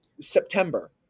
September